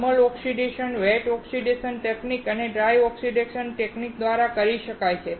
thermal oxidation wet oxidation તકનીક અને dry oxidation તકનીક દ્વારા કરી શકાય છે